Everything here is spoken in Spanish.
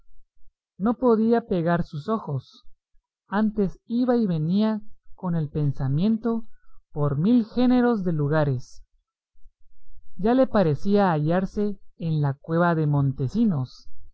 no podía pegar sus ojos antes iba y venía con el pensamiento por mil géneros de lugares ya le parecía hallarse en la cueva de montesinos